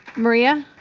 maria?